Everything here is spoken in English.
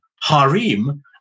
harem